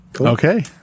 okay